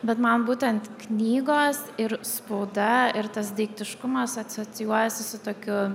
bet man būtent knygos ir spauda ir tas daiktiškumas asocijuojasi su tokiu